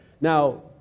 Now